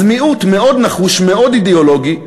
אז מיעוט מאוד נחוש, מאוד אידיאולוגי,